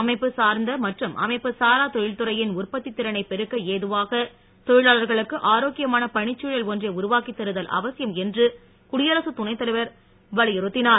அமைப்பு சா ர் ந்த மற்றும் அமைப்புசாரா தொழில்துறையின் உற்ப த் தி தி றனை பெருக்க ஏதுவாக தொழி லாள ர் களுக்கு ஆரோக் கியமான பணி ச் தழ ல் ஒன்றை உருவாக்கித் தருதல் அவ சியம் என்று குடியரசு துணை த்தலைவ ர் வலியுறுத் தினார்